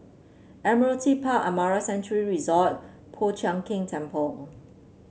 Admiralty Park Amara Sanctuary Resort Po Chiak Keng Temple